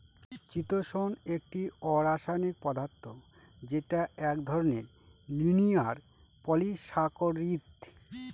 চিতোষণ একটি অরাষায়নিক পদার্থ যেটা এক ধরনের লিনিয়ার পলিসাকরীদ